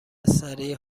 سریع